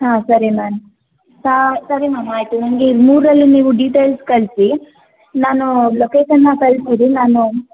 ಹಾಂ ಸರಿ ಮ್ಯಾಮ್ ಸರಿ ಮ್ಯಾಮ್ ಆಯಿತು ನನಗೆ ಈ ಮೂರರಲ್ಲಿ ನೀವು ಡಿಟೇಲ್ಸ್ ಕಳಿಸಿ ನಾನು ಲೊಕೇಶನ್ನ ಕಳಿಸಿರಿ ನಾನು